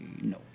no